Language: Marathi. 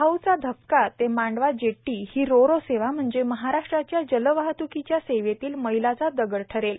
भाऊचा धक्का ते मांडवा जेट्टी ही रोरो सेवा म्हणजे महाराष्ट्राच्या जलवाहत्कीच्या सेवेतील मैलाचा दगड ठरेल